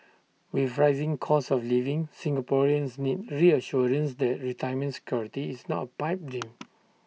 with rising costs of living Singaporeans need reassurance that retirement security is not A pipe